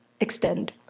extend